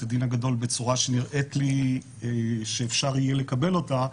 הדין הגדול בצורה שנראית לי שאפשר יהיה לקבל אותה,